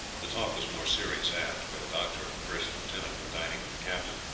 the talk was more serious aft, where the doctor and first lieutenant were dining with the captain.